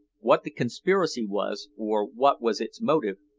what the conspiracy was, or what was its motive,